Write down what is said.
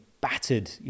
battered